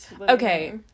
okay